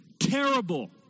terrible